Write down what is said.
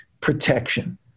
protection